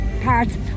parts